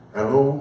Hello